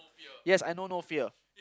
yes I know no fear